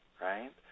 right